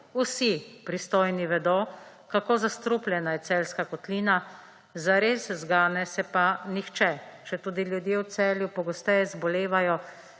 vsi pristojni vedo, kako zastrupljena je Celjska kotlina, zares zgane se pa nihče, četudi ljudje v Celju pogosteje zbolevajo